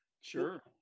Sure